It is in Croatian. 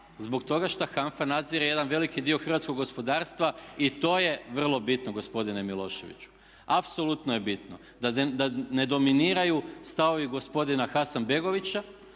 zbog toga šta HANFA nadzire jedan veliki dio hrvatskog gospodarstva i to je vrlo bitno gospodine Miloševiću. Apsolutno je bitno da ne dominiraju stavovi gospodina Hasanbegovića